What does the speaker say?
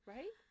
Right